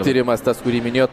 tyrimas tas kurį minėjot